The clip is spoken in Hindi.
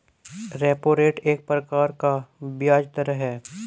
रेपो रेट एक प्रकार का ब्याज़ दर है